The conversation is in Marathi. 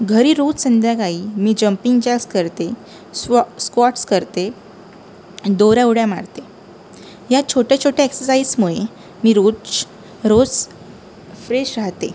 घरी रोज संध्याकाळी मी जम्पिंग जास्क करते स्व स्क्वॅवट्स करते दोऱ्या उड्या मारते या छोट्याछोट्या एक्सरसाईजमुळे मी रोजरोज फ्रेश राहते